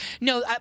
No